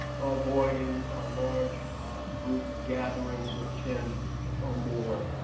avoiding large group gatherings of ten or more.